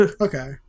Okay